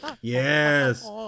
yes